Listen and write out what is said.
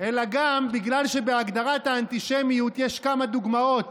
אלא גם בגלל שבהגדרת האנטישמיות יש כמה דוגמאות.